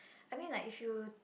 I mean like if you